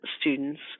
students